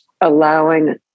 allowing